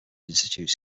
institutes